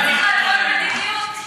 מדיניות.